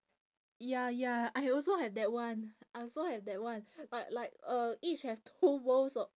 ya ya I also have that [one] I also have that [one] but like uh each have two bowls o~